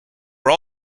were